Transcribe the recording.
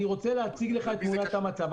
אני רוצה להציג לך את תמונת המצב.